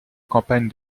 campagne